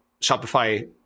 Shopify